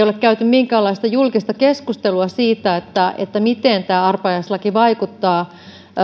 ole käyty minkäänlaista julkista keskustelua siitä miten tämä arpajaislaki vaikuttaa